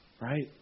Right